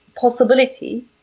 possibility